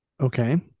Okay